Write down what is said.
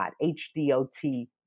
H-D-O-T